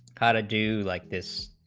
how to do like this,